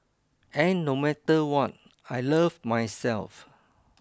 and no matter what I love myself